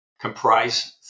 comprise